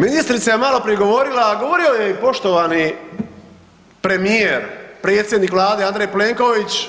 Ministrica je maloprije govorila, a govorio je poštovani premijer, predsjednik Vlade Andrej Plenković